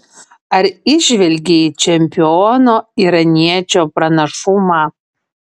ar įžvelgei čempiono iraniečio pranašumą